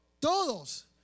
Todos